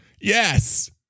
Yes